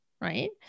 right